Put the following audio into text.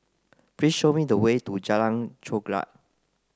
please show me the way to Jalan Chorak